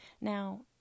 Now